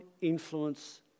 influence